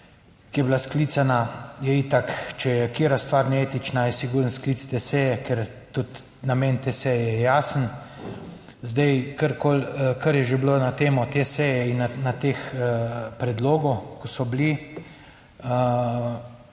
ki je bila sklicana je itak, če je katera stvar neetična, je sigurno sklic te seje, ker tudi namen te seje je jasen. Zdaj, karkoli, kar je že bilo na temo te seje in na teh predlogov, ki so bili